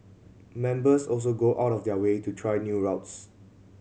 members also go out of their way to try new routes